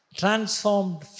transformed